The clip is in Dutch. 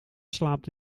slaapt